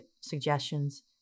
suggestions